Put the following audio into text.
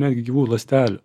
netgi gyvų ląstelių